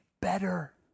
better